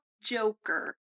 Joker